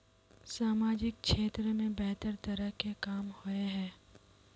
सामाजिक क्षेत्र में बेहतर तरह के काम होय है?